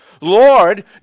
Lord